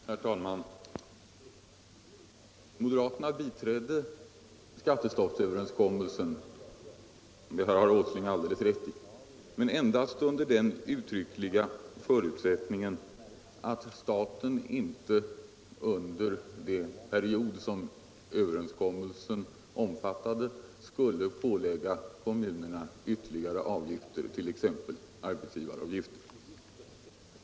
Herr talman! Moderaterna biträdde skattestoppsöverenskommelsen — det har herr Åsling alldeles rätt i — men endast under den uttryckliga förutsättningen att staten inte under den period som överenskommelsen omfattade skulle pålägga kommunerna ytterligare avgifter, t.ex. arbetsgivaravgifter.